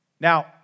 Now